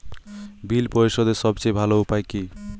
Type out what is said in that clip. বিল পরিশোধের সবচেয়ে ভালো উপায় কী?